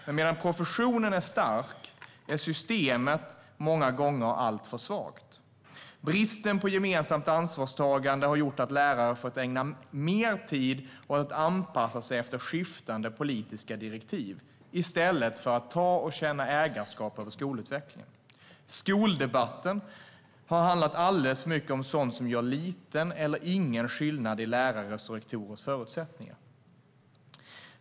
Men medan professionen är stark är systemet många gånger alltför svagt. Bristen på gemensamt ansvarstagande har gjort att lärare fått ägna alltmer tid åt att anpassa sig efter skiftande politiska direktiv i stället för att ta och känna ägarskap över skolutvecklingen. Skoldebatten har handlat alldeles för mycket om sådant som gör liten eller ingen skillnad för lärares och rektorers förutsättningar.